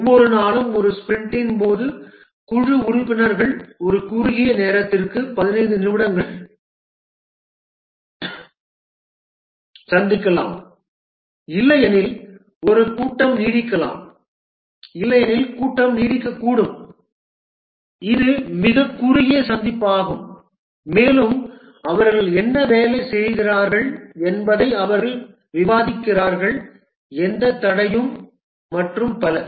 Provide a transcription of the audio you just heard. ஒவ்வொரு நாளும் ஒரு ஸ்பிரிண்டின் போது குழு உறுப்பினர்கள் ஒரு குறுகிய நேரத்திற்கு 15 நிமிடங்கள் சந்திக்கலாம் இல்லையெனில் ஒரு கூட்டம் நீடிக்கலாம் இல்லையெனில் கூட்டம் நீடிக்கக்கூடும் இது மிகக் குறுகிய சந்திப்பாகும் மேலும் அவர்கள் என்ன வேலை செய்கிறார்கள் என்பதை அவர்கள் விவாதிக்கிறார்கள் எந்த தடையும் மற்றும் பல